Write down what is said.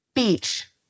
Beach